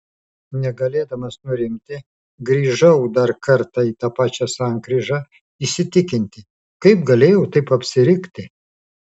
negalėdamas nurimti grįžau dar kartą į tą pačią sankryžą įsitikinti kaip galėjau taip apsirikti